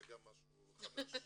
זה גם משהו חדש.